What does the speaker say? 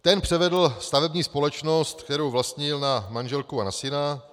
Ten převedl stavební společnost, kterou vlastnil, na manželku a na syna.